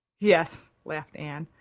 yes, laughed anne,